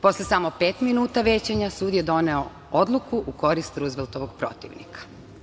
Posle samo pet minuta većanja, sud je doneo odluku u korist Ruzveltovog protivnika.